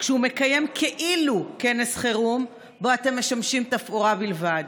כשהוא מקיים כאילו כנס חירום שבו אתם משמשים תפאורה בלבד.